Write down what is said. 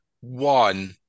one